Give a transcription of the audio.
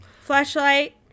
flashlight